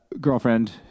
girlfriend